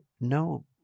no